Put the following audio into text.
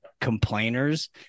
Complainers